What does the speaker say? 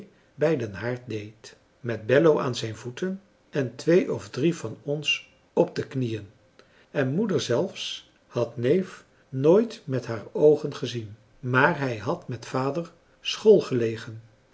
bij den haard deed met bello aan zijn voeten en twee of drie van ons op de knieën en moeder zelfs had neef nooit met haar oogen gezien maar hij had met vader